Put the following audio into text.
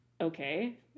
okay